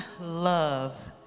love